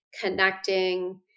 connecting